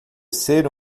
ser